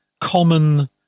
common